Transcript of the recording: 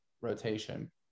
rotation